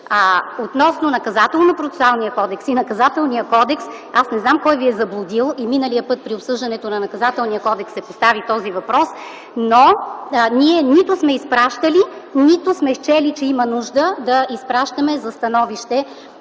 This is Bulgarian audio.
Относно Наказателно-процесуалния кодекс и Наказателния кодекс аз не знам кой ви е заблудил. И миналия път, при обсъждането на Наказателния кодекс, се постави този въпрос, но ние нито сме изпращали, нито сме счели, че има нужда да изпращаме за становище